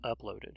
uploaded